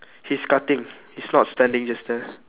he's cutting he's not standing just there